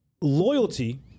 Loyalty